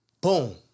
Boom